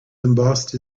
embossed